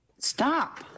Stop